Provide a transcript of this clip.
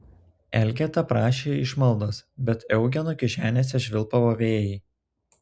elgeta prašė išmaldos bet eugeno kišenėse švilpavo vėjai